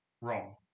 Wrong